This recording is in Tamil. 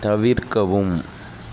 தவிர்க்கவும்